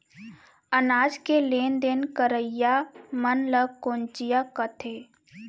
अनाज के लेन देन करइया मन ल कोंचिया कथें